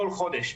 כל חודש,